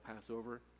Passover